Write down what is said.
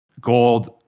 gold